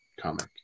comic